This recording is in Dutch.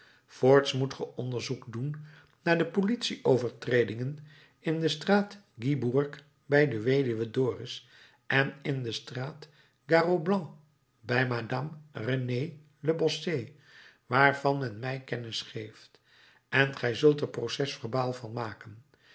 voorts moet ge onderzoek doen naar de politie overtredingen in de straat guibourg bij de weduwe doris en in de straat garraud blanc bij madame renée le bossé waarvan men mij kennis geeft en gij zult er proces-verbaal van maken